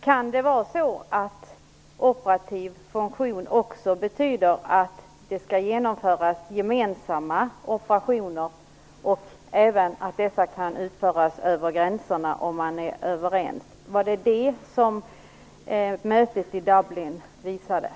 Kan det vara så att "operativ funktion" också betyder att det skall kunna genomföras gemensamma operationer och att dessa skall kunna utföras över gränserna om man är överens? Var det detta som man beslutade vid mötet i Dublin?